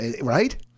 right